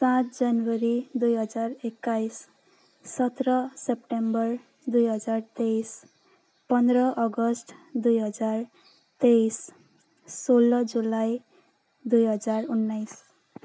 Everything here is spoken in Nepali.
पाँच जनवरी दुई हजार एक्काइस सत्र सेप्टेम्बर दुई हजार तेइस पन्ध्र अगस्ट दुई हजार तेइस सोह्र जुलाई दुई हजार उन्नाइस